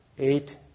eight